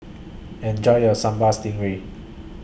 Enjoy your Sambal Stingray